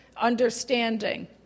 understanding